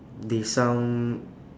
they sound